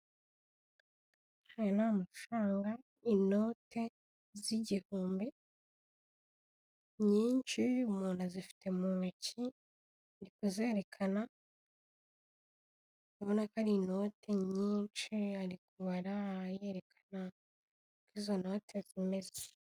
Ayo ni amafaranga inote z'igihumbi nyinshi, umuntu azifite mu ntoki, ari kuzerekana ubona ko ari inote nyinshi, ari kubara yerekana uko izo note zimeze.